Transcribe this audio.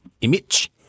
Image